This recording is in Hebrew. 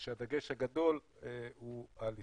כשהדגש הגדול הוא על ישראל.